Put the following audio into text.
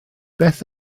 beth